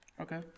Okay